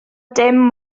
dim